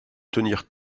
tenir